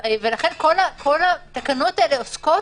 איפה הלימוד הזה נעשה?